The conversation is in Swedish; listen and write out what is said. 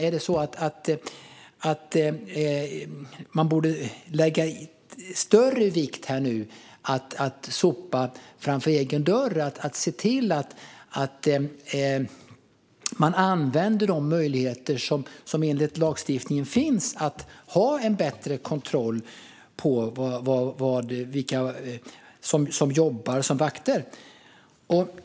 Borde man inte lägga större vikt vid att sopa framför egen dörr och se till att använda de möjligheter som enligt lagstiftningen finns att ha en bättre kontroll på vilka som jobbar som vakter?